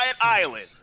island